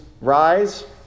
rise